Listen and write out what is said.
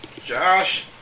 Josh